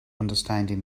understanding